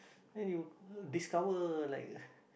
then you discover like